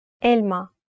Elma